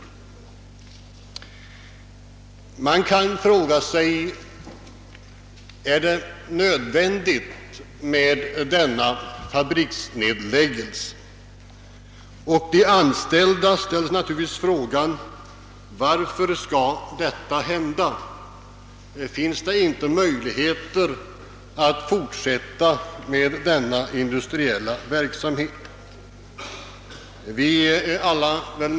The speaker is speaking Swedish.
Man kan fråga sig om det är nödvändigt med dessa fabriksnedläggelser. De anställda ställer sig naturligtvis frågan: Varför skall detta hända? Finns det inte någon möjlighet att fortsätta med denna industriella verksamhet?